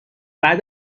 بعد